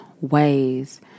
ways